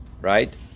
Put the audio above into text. right